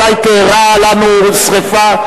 מתי תארע לנו שרפה,